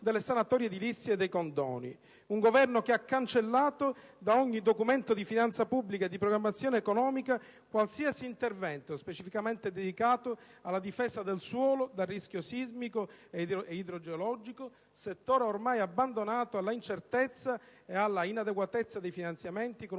delle sanatorie edilizie e dei condoni. Un Governo che ha cancellato da ogni documento di finanza pubblica e di programmazione economica qualsiasi intervento specificamente dedicato alla difesa del suolo dal rischio sismico e idrogeologico, settore ormai abbandonato alla incertezza e alla inadeguatezza dei finanziamenti, con